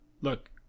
look